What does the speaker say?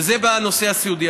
וזה בנושא הסיעודי.